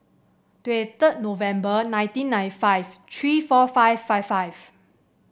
twenty third November nineteen ninety five three four five five five